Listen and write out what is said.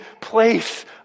place